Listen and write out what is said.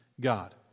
God